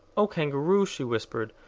oh, kangaroo! she whispered,